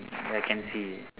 I can see